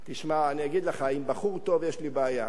תשמע, אני אגיד לך, עם בחור טוב יש לי בעיה.